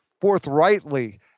forthrightly